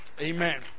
amen